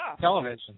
television